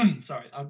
sorry